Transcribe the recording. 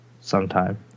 Sometime